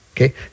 okay